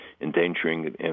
endangering